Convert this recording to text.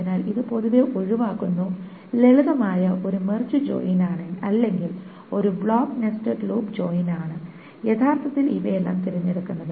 അതിനാൽ ഇത് പൊതുവെ ഒഴിവാക്കുന്നു ലളിതമായി ഒരു മെർജ് ജോയിൻ അല്ലെങ്കിൽ ഒരു ബ്ലോക്ക് നെസ്റ്റഡ് ലൂപ്പ് ജോയിൻ ആണ് യഥാർത്ഥത്തിൽ ഇവയെല്ലാം തിരഞ്ഞെടുക്കുന്നത്